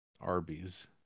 Arby's